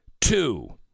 Two